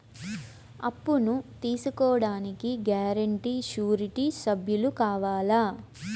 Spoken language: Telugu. అప్పును తీసుకోడానికి గ్యారంటీ, షూరిటీ సభ్యులు కావాలా?